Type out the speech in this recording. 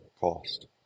cost